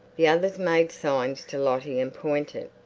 the others made signs to lottie and pointed.